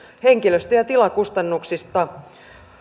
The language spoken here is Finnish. henkilöstö ja tilakustannuksista